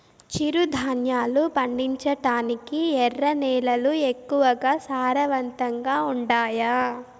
చిరుధాన్యాలు పండించటానికి ఎర్ర నేలలు ఎక్కువగా సారవంతంగా ఉండాయా